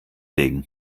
legen